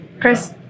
Chris